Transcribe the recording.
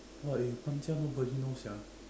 !wah! you 搬家 nobody know sia